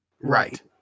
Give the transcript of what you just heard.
Right